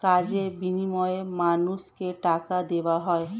কাজের বিনিময়ে মানুষকে টাকা দেওয়া হয়